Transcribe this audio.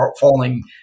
falling